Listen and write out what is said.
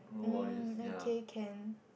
um okay can